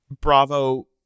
bravo